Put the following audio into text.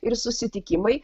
ir susitikimai